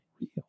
real